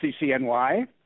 CCNY